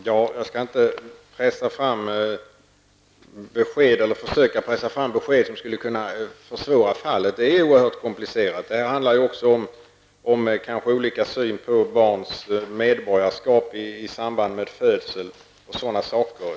Herr talman! Jag skall inte försöka pressa fram besked som skulle kunna försvåra fallet, eftersom det är oerhört komplicerat. Det handlar kanske också bl.a. om olika syn på barns medborgarskap i samband med födseln.